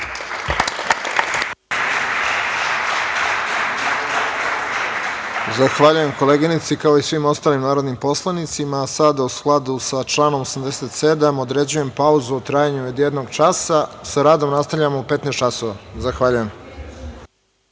Zahvaljujem koleginici, kao i svim ostalim narodnim poslanicima. Sada, u skladu sa članom 87, određujem pauzu u trajanju od jednog časa. Sa radom nastavljamo u 15.00